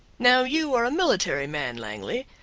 now, you are a military man, langley,